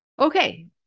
Okay